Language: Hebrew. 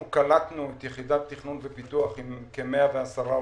אנחנו קלטנו את יחידת תכנון ופיתוח עם כ-110 עובדים.